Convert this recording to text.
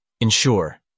Ensure